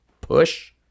push